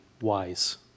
wise